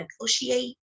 negotiate